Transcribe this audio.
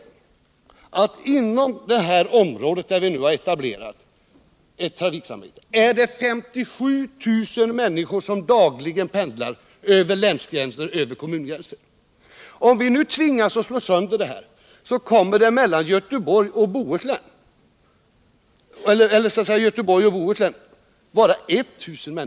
Inom det område där vi nu etablerat detta trafiksamarbete är det 57 000 människor som dagligen pendlar över länsgränser och kommungränser. Om vi tvingas slå sönder systemet kommer det att gälla de 1 000 som pendlar i Göteborgs och Bohus län.